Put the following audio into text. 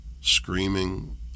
screaming